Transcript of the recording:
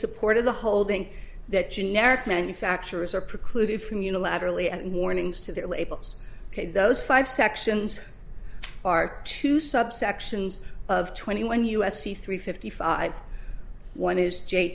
support of the holding that generic manufacturers are precluded from unilaterally and warnings to their labels those five sections are too subsections of twenty one u s c three fifty five one is j